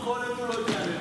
חנות מכולת הוא לא יודע לנהל.